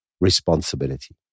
responsibility